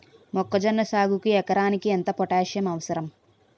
మొక్కజొన్న సాగుకు ఎకరానికి ఎంత పోటాస్సియం అవసరం?